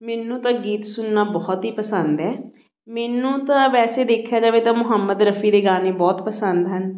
ਮੈਨੂੰ ਤਾਂ ਗੀਤ ਸੁਣਨਾ ਬਹੁਤ ਹੀ ਪਸੰਦ ਹੈ ਮੈਨੂੰ ਤਾਂ ਵੈਸੇ ਦੇਖਿਆ ਜਾਵੇ ਤਾਂ ਮੁਹੰਮਦ ਰਫੀ ਦੇ ਗਾਣੇ ਬਹੁਤ ਪਸੰਦ ਹਨ